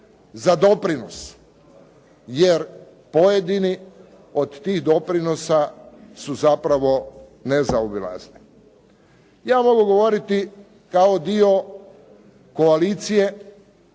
za doprinos jer pojedini od tih doprinosa su zapravo nezaobilazni. Ja mogu govoriti kao dio koalicije,